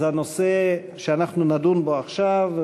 אז הנושא שאנחנו נדון בו עכשיו,